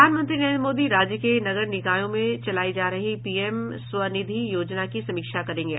प्रधानमंत्री नरेन्द्र मोदी राज्य के नगर निकायों में चलायी जा रही पीएम स्वनिधि योजना की समीक्षा करेंगे